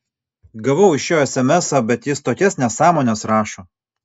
gavau iš jo esemesą bet jis tokias nesąmones rašo